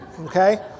okay